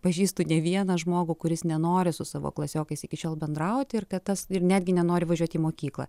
pažįstu ne vieną žmogų kuris nenori su savo klasiokais iki šiol bendrauti ir kad tas ir netgi nenori važiuoti į mokyklą